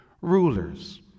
rulers